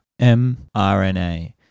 mRNA